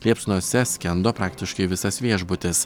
liepsnose skendo praktiškai visas viešbutis